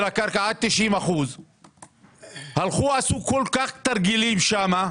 הקרקע עד 90%. עשו כל כך הרבה תרגילים שם,